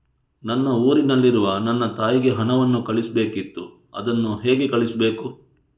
ನನಗೆ ಊರಲ್ಲಿರುವ ನನ್ನ ತಾಯಿಗೆ ಹಣವನ್ನು ಕಳಿಸ್ಬೇಕಿತ್ತು, ಅದನ್ನು ಹೇಗೆ ಕಳಿಸ್ಬೇಕು?